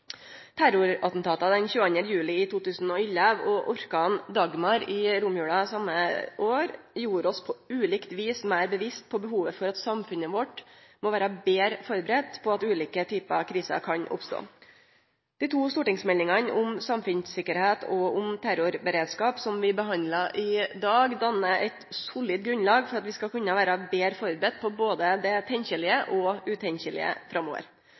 den 22. juli 2011 og orkanen Dagmar i romjula same år gjorde oss på ulikt vis meir bevisste på behovet for at samfunnet vårt må vere betre førebudd på at ulike typar kriser kan oppstå. Dei to stortingsmeldingane om samfunnssikkerheit og om terrorberedskap som vi behandlar i dag, dannar eit solid grunnlag for at vi skal kunne vere betre førebudde både på det tenkjelege og det utenkjelege framover.